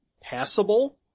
passable